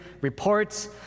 reports